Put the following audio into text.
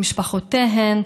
ממשפחותיהן,